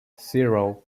zero